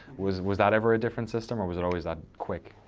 was was that ever a different system or was it always that quick?